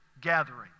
gathering